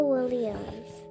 Williams